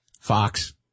Fox